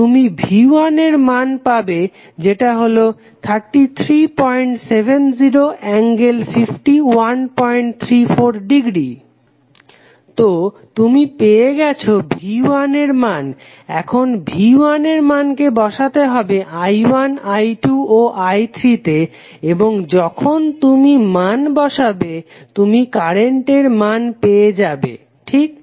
তুমি V1 এর মান পাবে যেটা হলো 3370∠5134° তো তুমি পেয়ে গেছো V1 এর মান এখন V1 এর মানকে বসাতে হবে I1 I2 ও I3 তে এবং যখন তুমি মান বসাবে তুমি কারেন্টের মান পেয়ে যাবে ঠিক